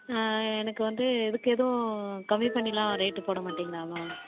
எனக்கு வந்து இதுக்கு எதுவும் கம்மி பண்ணியெலாம் ரேட்டு போட மாட்டீங்களா மேம்